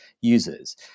users